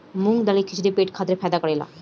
मूंग दाल के खिचड़ी पेट खातिर फायदा करेला